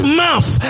mouth